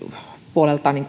puolelta